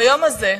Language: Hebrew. ביום הזה,